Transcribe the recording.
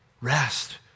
rest